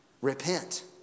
Repent